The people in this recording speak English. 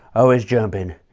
always jumpin'.